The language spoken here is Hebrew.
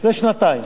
זה שנתיים.